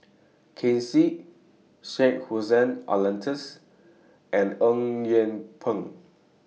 Ken Seet Syed Hussein Alatas and Eng Yee Peng